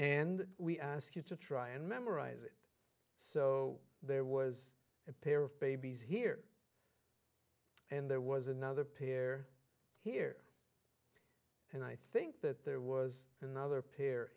and we ask you to try and memorize it so there was a pair of babies here and there was another pier here and i think that there was another p